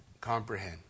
comprehend